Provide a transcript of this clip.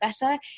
better